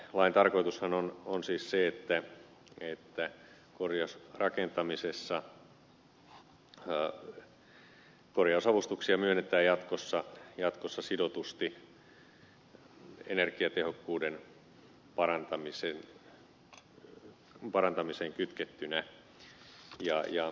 lain tarkoitushan on siis se että korjausrakentamisessa korjausavustuksia myönnetään jatkossa sidotusti energiatehokkuuden parantamiseen kytkettynä